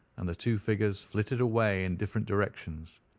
and the two figures flitted away in different directions.